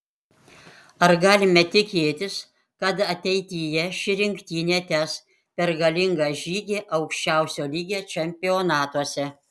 ar galime tikėtis kad ateityje ši rinktinė tęs pergalingą žygį aukščiausio lygio čempionatuose